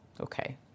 okay